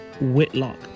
Whitlock